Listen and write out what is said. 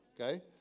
Okay